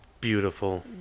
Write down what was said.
Beautiful